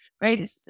Right